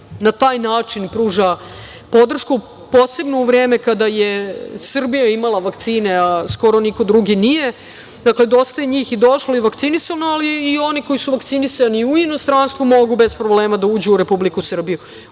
na taj način pruža podršku posebno u vreme kada je Srbija imala vakcine, a skoro niko drugi nije. Dakle, dosta je njih došlo i vakcinisano, ali i oni koji su vakcinisani u inostranstvu mogu bez problema da uđu u Republiku Srbiju.